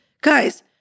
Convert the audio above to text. Guys